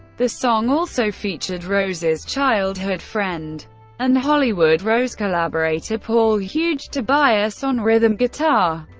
the song also featured rose's childhood friend and hollywood rose collaborator paul huge tobias on rhythm guitar.